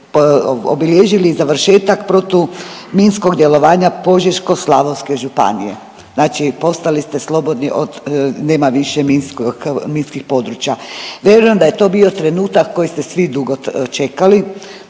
obilježili završetak protuminskog djelovanja Požeško-slavonske županije. Znači postali ste slobodni od, nema više minskog, minski područja. Vjerujem da je to bio trenutak koji ste svi dugo čekali,